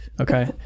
Okay